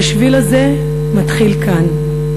"השביל הזה מתחיל כאן",